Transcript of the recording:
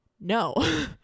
no